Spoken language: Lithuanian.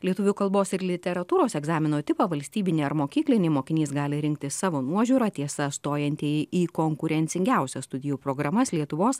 lietuvių kalbos ir literatūros egzamino tipą valstybinį ar mokyklinį mokinys gali rinktis savo nuožiūra tiesa stojantieji į konkurencingiausias studijų programas lietuvos